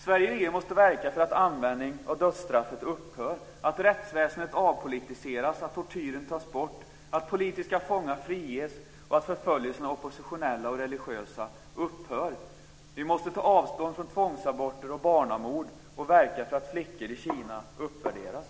Sverige och EU måste verka för att användningen av dödsstraffet upphör, att rättsväsendet avpolitiseras, att tortyren upphör, att politiska fångar friges och att förföljelsen av oppositionella och religiösa personer upphör. Sverige måste ta avstånd från tvångsaborter och barnamord och verka för att flickor i Kina uppvärderas.